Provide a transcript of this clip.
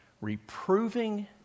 reproving